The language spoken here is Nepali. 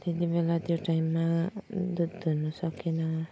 त्यति बेला त्यो टाइममा दुध दुहुनु सकेन